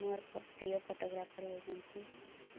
ମୋର ପ୍ରିୟ ଫଟୋଗ୍ରାଫର୍ ହେଉଛନ୍ତି